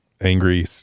angry